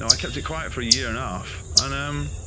i kept it quiet for a year and a half, and um